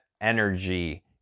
energy